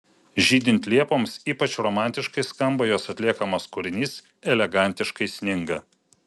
žydint liepoms ypač romantiškai skamba jos atliekamas kūrinys elegantiškai sninga